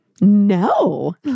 No